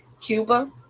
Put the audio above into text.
Cuba